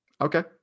Okay